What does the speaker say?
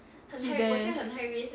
sit there